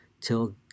till